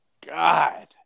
God